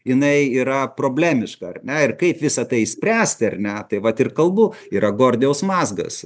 jinai yra problemiška ar ne ir kaip visa tai spręsti ar ne tai vat ir kalbu yra gordijaus mazgas